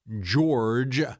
George